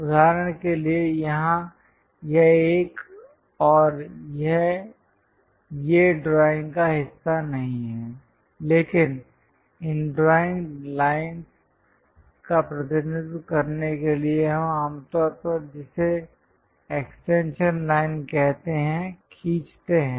उदाहरण के लिए यहां यह एक और यह ये ड्राइंग का हिस्सा नहीं हैं लेकिन इन डायमेंशन लाइंस का प्रतिनिधित्व करने के लिए हम आमतौर पर जिसे एक्सटेंशन लाइन कहते हैं खींचते हैं